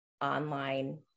online